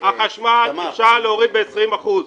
את מחיר החשמל אפשר להוריד ב-20 אחוזים.